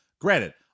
Granted